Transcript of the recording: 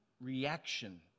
reaction